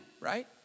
Right